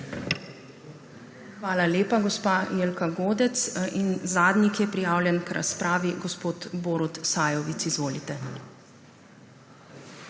Hvala lepa, gospa Jelka Godec. Zadnji, ki je prijavljen k razpravi, je gospod Borut Sajovic. Izvolite.